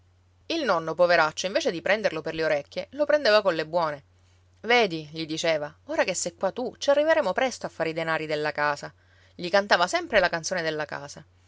il nonno poveraccio invece di prenderlo per le orecchie lo prendeva colle buone vedi gli diceva ora che sei qua tu ci arriveremo presto a fare i denari della casa gli cantava sempre la canzone della casa